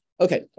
Okay